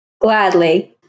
Gladly